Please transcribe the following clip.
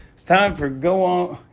it's time for go on